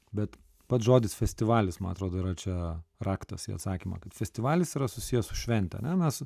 bet pats žodis festivalis man atrodo yra čia raktas į atsakymą kad festivalis yra susijęs su švente ane mes